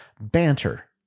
Banter